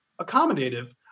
accommodative